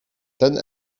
ten